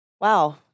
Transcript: Wow